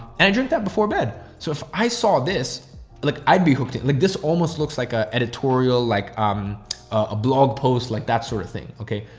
and i drink that before bed. so if i saw this look, i'd be hooked at like this almost looks like a editorial, like um a blog posts like that sort of thing. okay.